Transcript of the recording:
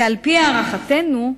ועל-פי הערכתנו,